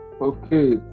Okay